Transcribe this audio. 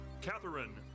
Catherine